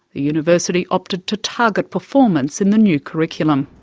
the university opted to target performance in the new curriculum.